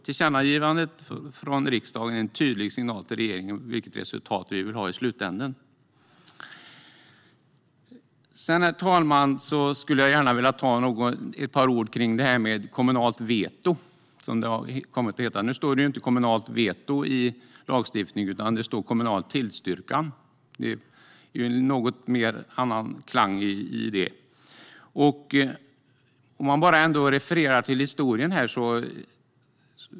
Tillkännagivandet från riksdagen är en tydlig signal till regeringen om vilket resultat vi vill ha i slutändan. Herr talman! Jag skulle vilja säga ett par ord om kommunalt veto, som det har kommit att heta. Nu står det visserligen inte kommunalt veto i lagstiftningen, utan det står kommunal tillstyrkan, vilket har en något annorlunda klang.